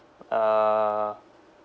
uh